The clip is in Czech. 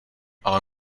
ale